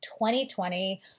2020